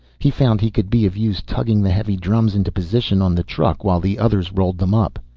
he found he could be of use tugging the heavy drums into position on the truck while the others rolled them up.